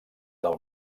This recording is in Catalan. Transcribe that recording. pel